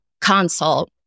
consult